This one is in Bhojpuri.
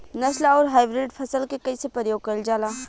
नस्ल आउर हाइब्रिड फसल के कइसे प्रयोग कइल जाला?